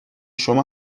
شما